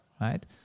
right